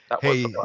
hey